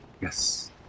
yes